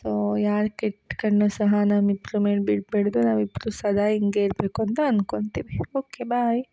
so ಯಾರ ಕೆಟ್ಟ ಕಣ್ಣೂ ಸಹ ನಮ್ಮಿಬ್ರ ಮೇಲೆ ಬೀಳ್ಬಾಡ್ದು ನಾವಿಬ್ರೂ ಸದಾ ಹಿಂಗೇ ಇರಬೇಕು ಅಂತ ಅಂದ್ಕೋತೀವಿ ಓಕೆ ಬಾಯ್